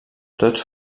tots